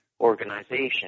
organization